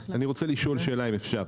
אני רוצה לשאול שאלה אם אפשר,